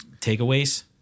takeaways